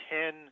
ten